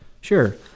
Sure